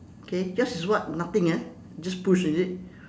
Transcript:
k yours is what nothing ah just push is it